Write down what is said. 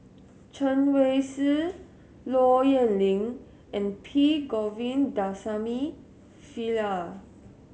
Chen Wen Hsi Low Yen Ling and P Govindasamy Pillai